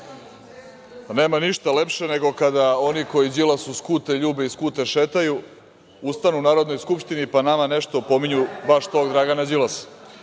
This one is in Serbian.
Nema ništa lepše nego kada oni koji Đilasu skute ljube i skute šetaju ustanu u Narodnoj skupštini, pa nama nešto pominju baš tog Dragana Đilasa. Inače,